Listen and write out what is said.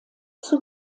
zur